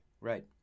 Right